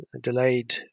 delayed